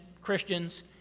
Christians